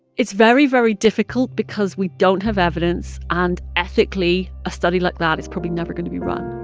it's very, very difficult because we don't have evidence, and ethically, a study like that is probably never going to be run